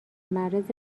معرض